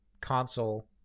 console